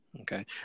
Okay